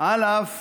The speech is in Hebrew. על אף